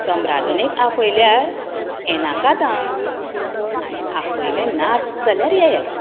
सम्रादनेक आफयल्यार येनाकात आं आनी आफयलें नात जाल्यार येयात